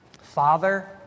Father